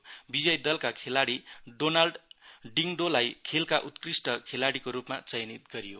उपविजयी दलका खेलाडी डोनाल्ड डिडडोलाई खेलका उत्कृष्ट खेलाडीको रूपमा चयन गरियो